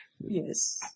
Yes